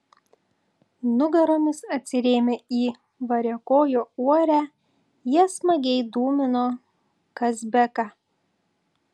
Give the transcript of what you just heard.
nugaromis atsirėmę į variakojo uorę jie smagiai dūmino kazbeką